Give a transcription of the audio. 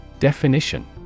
Definition